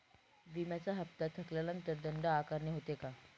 विम्याचा हफ्ता थकल्यानंतर दंड आकारणी होते का?